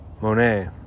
Monet